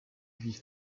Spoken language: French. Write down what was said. vivent